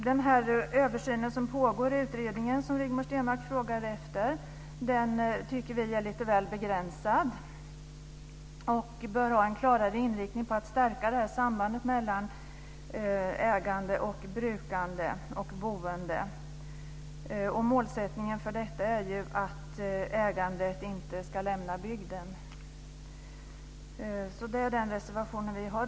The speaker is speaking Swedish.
Den översyn som pågår, som Rigmor Stenmark frågade efter, tycker vi är lite väl begränsad. Den bör ha en klarare inriktning mot att stärka sambandet mellan ägande, brukande och boende. Målsättningen är att ägandet inte ska lämna bygden. Det är den reservation vi har.